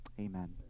Amen